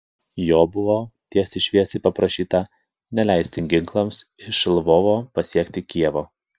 jo buvo tiesiai šviesiai paprašyta neleisti ginklams iš lvovo pasiekti kijevo